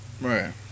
Right